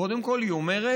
קודם כול היא אומרת: